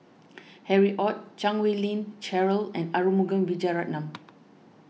Harry Ord Chan Wei Ling Cheryl and Arumugam Vijiaratnam